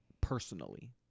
personally